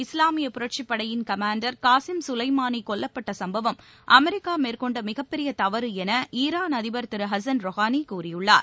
இஸ்லாமியப் புரட்சிப் படையின் commander Qasem Soleimani கொல்லப்பட்ட சம்பவம் அமெரிக்கா மேற்கொண்ட மிகப்பெரிய தவறு என ஈரான் அதிபர் திரு ஹசன் ரொஹானி கூறியுள்ளார்